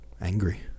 angry